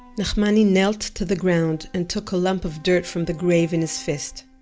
nachmani knelt to the ground and took a lump of dirt from the grave in his fist.